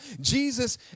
Jesus